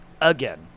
again